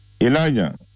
Elijah